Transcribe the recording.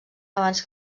abans